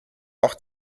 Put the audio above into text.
auch